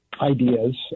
ideas